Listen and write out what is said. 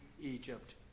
Egypt